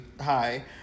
Hi